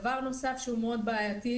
דבר נוסף שהוא מאוד בעייתי,